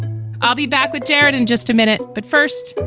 i'll be back with jared in just a minute. but first,